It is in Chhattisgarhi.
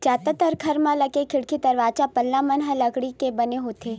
जादातर घर म लगे खिड़की, दरवाजा, पल्ला मन ह लकड़ी के बने होथे